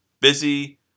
busy